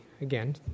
again